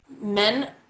men